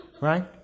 right